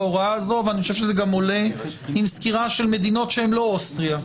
חושב שזה גם עולה בסקירה של מדינות שהן לא אוסטריה,